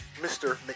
Mr